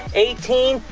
eighteen,